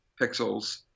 pixels